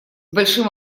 большим